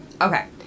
Okay